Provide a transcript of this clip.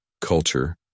culture